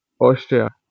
Austria